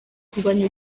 kurwanya